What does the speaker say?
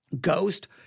Ghost